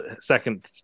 second